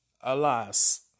alas